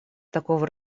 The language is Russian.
такого